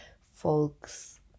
folks